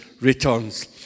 returns